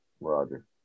Roger